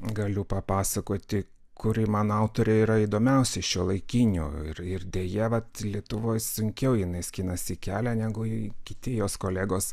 galiu papasakoti kuri man autorė yra įdomiausia šiuolaikinių ir ir deja vat lietuvoj sunkiau jinai skinasi kelią negu kiti jos kolegos